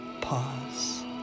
pause